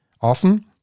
Often